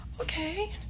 okay